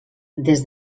des